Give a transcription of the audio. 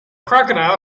crocodile